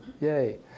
yay